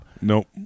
Nope